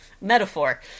metaphor